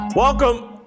Welcome